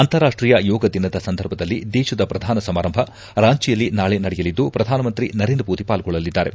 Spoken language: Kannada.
ಅಂತಾರಾಷ್ಟೀಯ ಯೋಗ ದಿನದ ಸಂದರ್ಭದಲ್ಲಿ ದೇಶದ ಪ್ರಧಾನ ಸಮಾರಂಭ ರಾಂಚಿಯಲ್ಲಿ ನಾಳೆ ನಡೆಯಲಿದ್ದು ಪ್ರಧಾನಮಂತ್ರಿ ನರೇಂದ್ರ ಮೋದಿ ಪಾಲ್ಗೊಳ್ಳಲಿದ್ದಾರೆ